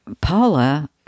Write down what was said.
Paula